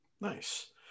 Nice